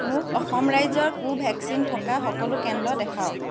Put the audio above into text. মোক অসম ৰাজ্যৰ কোভেক্সিন থকা সকলো কেন্দ্ৰ দেখাওক